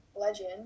legend